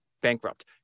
bankrupt